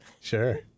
Sure